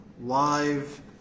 live